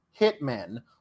hitmen